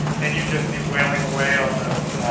and you'd just be wailing away on those